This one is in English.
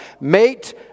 mate